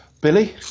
Billy